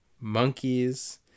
monkeys